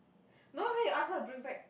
no how you ask her to bring back